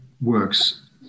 works